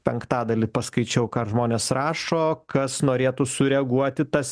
penktadalį paskaičiau ką žmonės rašo kas norėtų sureaguoti tas